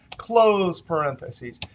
close parentheses,